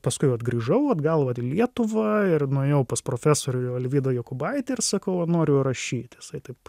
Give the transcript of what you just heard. paskui vat grįžau atgal lietuvą ir nuėjau pas profesorių alvydą jokubaitį ir sakau noriu rašyt jisai taip